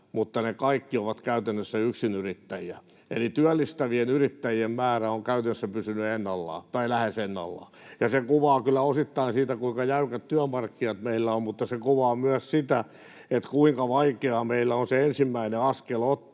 mutta he kaikki ovat käytännössä yksinyrittäjiä eli työllistävien yrittäjien määrä on käytännössä pysynyt ennallaan tai lähes ennallaan. Se kuvaa kyllä osittain sitä, kuinka jäykät työmarkkinat meillä on, mutta se kuvaa myös sitä, kuinka vaikeaa meillä on ottaa se ensimmäinen askel, että